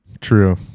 True